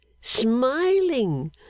smiling